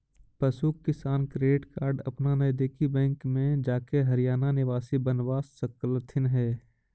पशु किसान credit card अपन नजदीकी बैंक में जाके हरियाणा निवासी बनवा सकलथीन हे